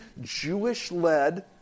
Jewish-led